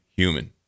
human